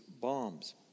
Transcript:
bombs